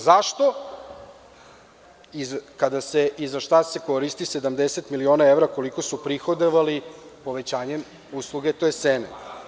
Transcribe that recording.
Zašto, kada se i za šta se koristi 70 miliona evra, koliko su prihodovali povećanjem usluge, tj. cene?